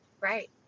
Right